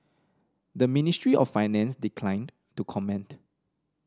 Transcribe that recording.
the Ministry of Finance declined to comment